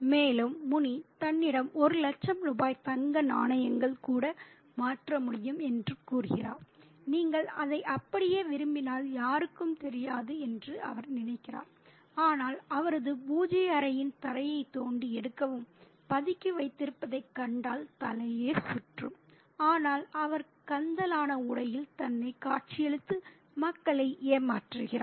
மேலும் முனி தன்னிடம் ஒரு லட்சம் ரூபாய் தங்க நாணயங்கள் கூட மாற்ற முடியும் என்று கூறுகிறார் நீங்கள் அதை அப்படியே விரும்பினால் யாருக்கும் தெரியாது என்று அவர் நினைக்கிறார் ஆனால் அவரது பூஜை அறையின் தரையை தோண்டி எடுக்கவும் பதுக்கி வைத்திருப்பதை கண்டால் தலையே சுற்றும் ஆனால் அவர் கந்தலான உடையில் தன்னை காட்சியளித்து மக்களை ஏமாற்றுகிறார்